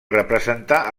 representar